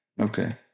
Okay